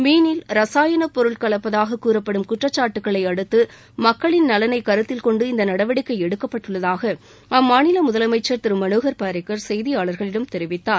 மீனில் ரசாயணப்பொருள் கலப்பதாக கூறப்படும் குற்றச்சாட்டுகளை அடுத்து மக்களின் நலனை கருத்தில்கொண்டு இந்த நடவடிக்கை எடுக்கப்பட்டுள்ளதாக அம்மாநில முதலமைச்சர் திரு மனோகர் பாரிக்கர் செய்தியாளர்களிடம் தெரிவித்தார்